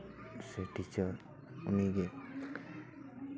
teacher ᱩᱱᱤᱜᱮ